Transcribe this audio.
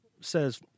says